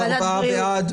ארבעה בעד?